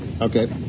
Okay